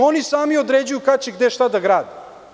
Oni sami određuju kada će gde da grade.